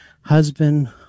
husband